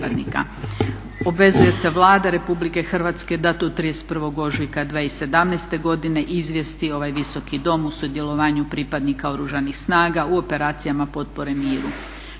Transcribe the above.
Obvezuje se Vlada Republike Hrvatske da do 31. ožujka 2017. godine izvijesti ovaj Visoki dom o sudjelovanju pripadnika Oružanih snaga u operacijama potpore miru.